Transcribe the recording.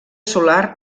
solar